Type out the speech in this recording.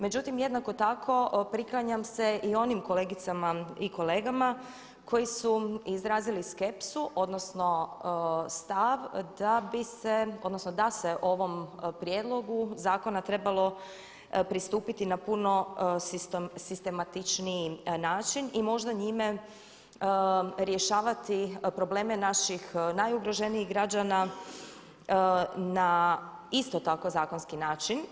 Međutim jednako tako priklanjam se i onim kolegicama i kolegama koji su izrazili skepsu odnosno stav da bi se, odnosno da se ovom prijedlogu zakona trebalo pristupiti na puno sistematičniji način i možda njime rješavati probleme naših najugroženijih građana na isto tako zakonski način.